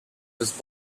was